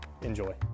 Enjoy